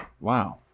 Wow